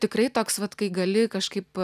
tikrai toks vat kai gali kažkaip